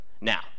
Now